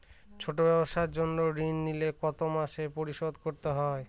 ছোট ব্যবসার জন্য ঋণ নিলে কত মাসে পরিশোধ করতে হয়?